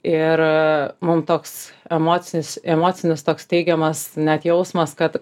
ir mum toks emocinis emocinis toks teigiamas net jausmas kad